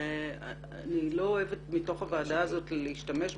אני לא אוהבת מתוך הוועדה הזאת להשתמש בזה,